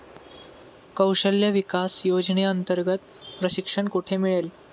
कौशल्य विकास योजनेअंतर्गत प्रशिक्षण कुठे मिळेल?